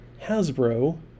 Hasbro